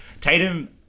Tatum